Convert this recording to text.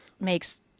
makes